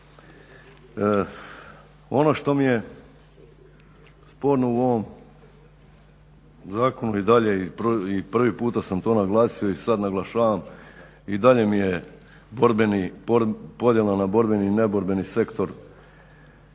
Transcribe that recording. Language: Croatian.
Ono što mi je sporno u ovom zakonu i dalje i prvi puta sam to naglasio i sad naglašavam, i dalje mi je podjela na borbeni i neborbeni sektor